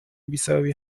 بسبب